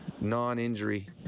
non-injury